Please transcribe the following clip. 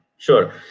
Sure